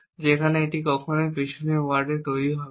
সেখানে এটি কখনই পিছনের ওয়ার্ডে তৈরি হবে না